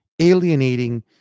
alienating